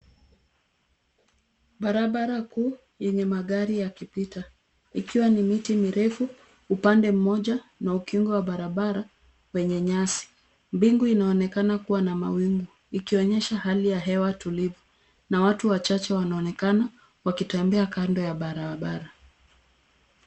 Barabara kuu yenye magari yakipita ikiwa na miti mirefu upande mmoja ba ukingo wa barabara Wenye nyasi. Mbingu inaonekana kuwa na mawingu ikionyesha hali ya hewa tulivu na watu wachache wanaonekana wakitembea kando ya barabara.